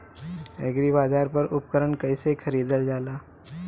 एग्रीबाजार पर उपकरण कइसे खरीदल जाला?